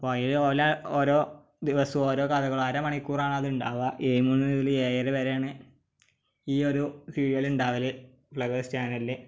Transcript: പഴയപോലെ ഓരോ ദിവസവും ഓരോ കഥകൾ അരമണിക്കൂറാണത് ഉണ്ടാകുക ഏഴുമണിമുതൽ ഏഴര വരെയാണ് ഈയൊരു സീരിയൽ ഉണ്ടാകൽ ഫ്ലവേഴ്സ് ചാനലിൽ